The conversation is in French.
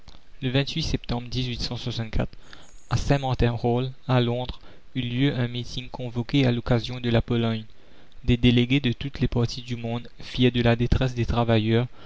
e septembre à saint martin hall à londres eut lieu un meeting convoqué à l'occasion de la pologne des délégués de toutes les parties du monde firent de la détresse des travailleurs